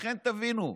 לכן, תבינו,